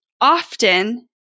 often